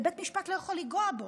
ובית המשפט לא יכול לנגוע בו.